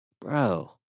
bro